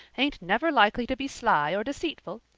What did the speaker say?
ain't never likely to be sly or deceitful.